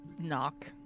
knock